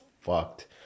fucked